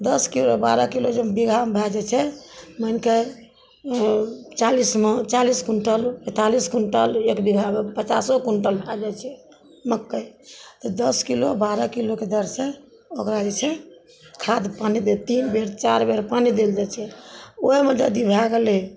दस किलो बारह किलो जेहेन बिहान भै जाइ छै मानिके ओ चालिस मन चालिस क्विंटल पैंतालिस क्विंटल एक बीघामे पचासो क्विंटल भऽ जाइ छै मकइ दस किलो बारह किलोके दर से ओकरा जे छै खाद पानि देब तीन बेर चारि बेर पानि देल जाइ छै ओहिमे जदी भऽ गेलै